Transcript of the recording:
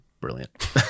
brilliant